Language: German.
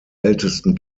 ältesten